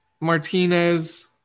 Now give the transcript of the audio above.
Martinez